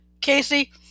Casey